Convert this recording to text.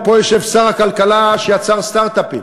ויושב פה שר הכלכלה שיצר סטרט-אפים.